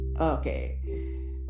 Okay